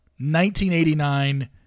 1989